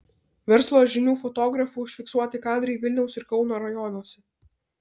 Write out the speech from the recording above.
verslo žinių fotografų užfiksuoti kadrai vilniaus ir kauno rajonuose